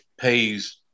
pays